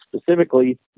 specifically